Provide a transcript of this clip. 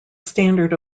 standard